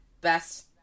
best